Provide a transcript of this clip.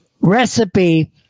recipe